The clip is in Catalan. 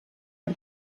per